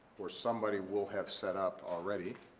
or somebody will have set up already